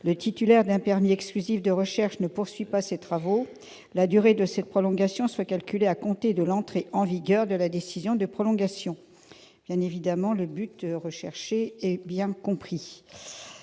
le titulaire d'un permis exclusif de recherches ne poursuit pas ses travaux, la durée de cette prolongation soit calculée à compter de l'entrée en vigueur de la décision de prolongation. L'objectif est clair